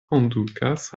kondukas